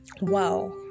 Wow